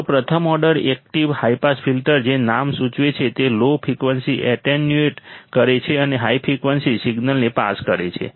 તો પ્રથમ order active high pass filter જે નામ સૂચવે છે તે લો ફ્રિકવન્સી એટેન્યુએટ કરે છે અને હાઈ ફ્રિકવન્સી સિગ્નલને પાસ કરે છે